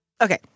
Okay